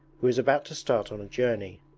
who is about to start on a journey.